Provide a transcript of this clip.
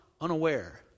unaware